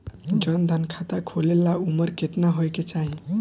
जन धन खाता खोले ला उमर केतना होए के चाही?